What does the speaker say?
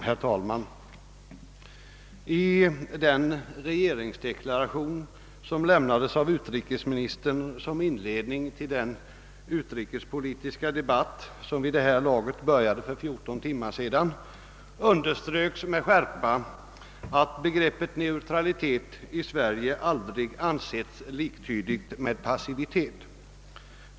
Herr talman! I den regeringsdeklaration som lämnades av utrikesministern som inledning till den utrikespolitiska debatt, vilken började för 14 timmar sedan, underströks med skärpa att begreppet neutralitet i Sverige aldrig ansetts liktydigt med passivitet.